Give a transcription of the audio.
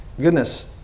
goodness